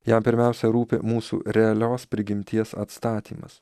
jam pirmiausia rūpi mūsų realios prigimties atstatymas